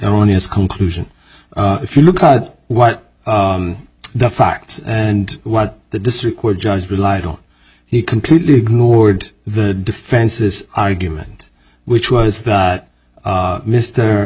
own as conclusion if you look at what the facts and what the district court judge relied on he completely ignored the defense's argument which was that